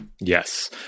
Yes